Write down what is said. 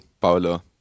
Paolo